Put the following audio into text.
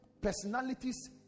personalities